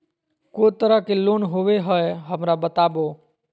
को तरह के लोन होवे हय, हमरा बताबो?